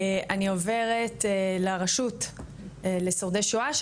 אני עוברת לרשות לשורדי שואה,